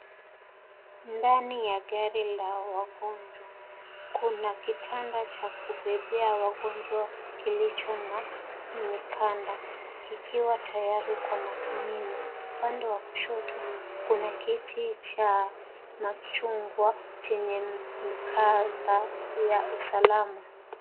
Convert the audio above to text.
Ndani ya gari la wagonjwa, kuna kitanda cha kubebea wagonjwa kilicho na mikanda kikiwa tayari kwa matumizi. Upande wa kushoto kuna kiti cha machungwa chenye mkanda ya usalama.